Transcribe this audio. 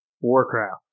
Warcraft